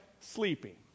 sleeping